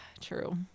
True